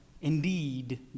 indeed